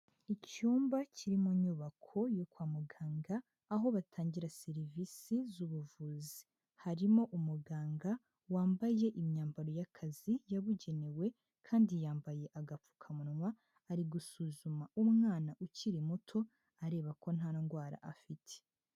Icyumba kiri mu nyubako yo kwa muganga, aho batangira serivisi z'ubuvuzi, harimo umuganga wambaye imyambaro y'akazi yabugenewe kandi yambaye agapfukamunwa, ari gusuzuma umwana ukiri muto areba ko nta ndwara afite.